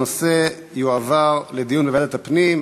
הנושא יועבר לדיון בוועדת הפנים.